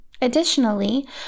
Additionally